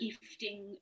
gifting